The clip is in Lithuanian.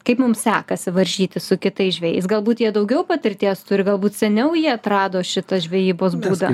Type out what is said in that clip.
kaip mums sekasi varžytis su kitais žvejais galbūt jie daugiau patirties turi galbūt seniau jie atrado šitą žvejybos būdą